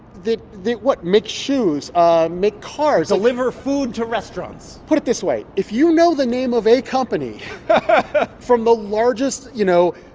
that what? make shoes, ah make cars, deliver food to restaurants. put it this way. if you know the name of a company from the largest, you know,